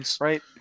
Right